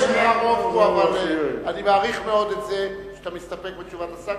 אבל אני מעריך מאוד את זה שאתה מסתפק בתשובת השר,